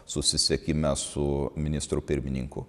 susisiekime su ministru pirmininku